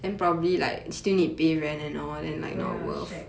对 ah shag